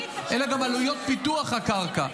אלא גם עלויות פיתוח הקרקע,